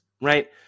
right